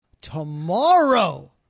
Tomorrow